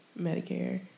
Medicare